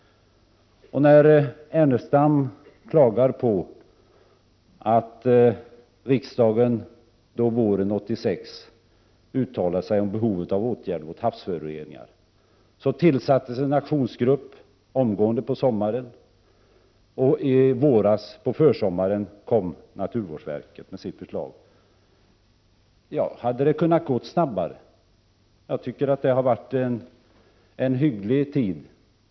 När riksdagen våren 1986 uttalade sig om behovet av åtgärder mot havsföroreningar klagade Lars Ernestam, och till följd härav tillsattes en aktionsgrupp omgående samma sommar. På försommaren 1987 kom naturvårdsverket med sitt förslag. Hade det kunnat gå snabbare? Jag tycker att det skedde inom hygglig tid.